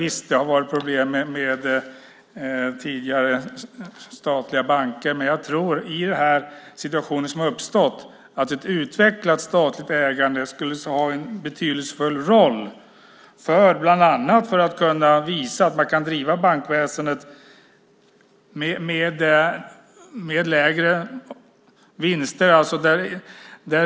Visst har det varit problem tidigare med statliga banker, men jag tror att i den situation som har uppstått att ett utvecklat statligt ägande skulle ha en betydelsefull roll för att bland annat visa att bankväsendet kan drivas med lägre vinster.